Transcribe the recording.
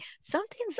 something's